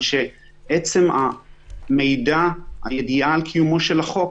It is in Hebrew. שעצם המידע והידיעה על קיומו של החוק,